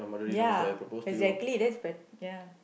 ya exactly that's bet~ ya